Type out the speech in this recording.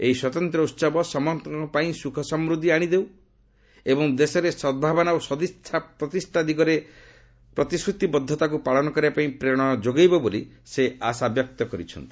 ଏହି ସ୍ୱତନ୍ତ୍ର ଉହବ ସମସ୍ତଙ୍କ ପାଇଁ ସୁଖସମୂଦ୍ଧି ଆଶିଦେଉ ଏବଂ ଦେଶରେ ସଦ୍ଭାବନା ଓ ସଦିଚ୍ଛା ପ୍ରତିଷ୍ଠା ଦିଗରେ ଦେଶର ପ୍ରତିଶ୍ରତିବଦ୍ଧତାକୁ ପାଳନ କରିବାପାଇଁ ପ୍ରେରଣା ଯୋଗାଇବ ବୋଲି ଆଶାବ୍ୟକ୍ତ କରିଛନ୍ତି